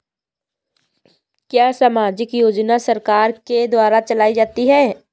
क्या सामाजिक योजना सरकार के द्वारा चलाई जाती है?